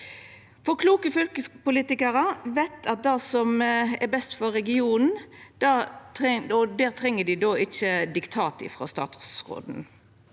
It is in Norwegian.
For kloke fylkespolitikarar veit kva som er best for regionen, og dei treng ikkje diktat frå statsråden.